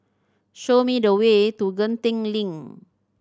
show me the way to Genting Link